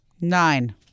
Nine